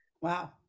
Wow